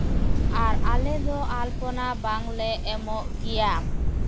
ᱟᱨ ᱟᱞᱮ ᱫᱚ ᱟᱞᱯᱚᱱᱟ ᱵᱟᱝᱞᱮ ᱮᱢᱚᱜ ᱜᱮᱭᱟ